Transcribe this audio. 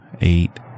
eight